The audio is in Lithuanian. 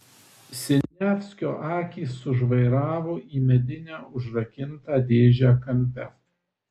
siniavskio akys sužvairavo į medinę užrakintą dėžę kampe